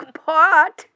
pot